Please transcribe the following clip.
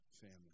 family